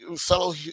fellow